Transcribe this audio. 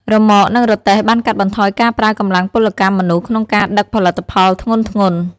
រ៉ឺម៉កនិងរទេះបានកាត់បន្ថយការប្រើកម្លាំងពលកម្មមនុស្សក្នុងការដឹកផលិតផលធ្ងន់ៗ។